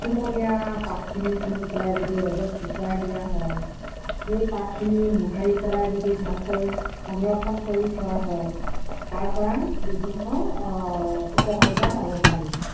কুমলীয়া পাতখিনি ছিঙি পেলাই যদি ৰ'দত শুকুৱাই দিয়া হয় সেই পাতখিনি মোহাৰি পেলাই যদি ভালকৈ সংৰক্ষণ কৰি থোৱা হয় তাৰ পৰা বিভিন্ন উপকাৰিতা পাব পাৰি